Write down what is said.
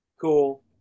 cool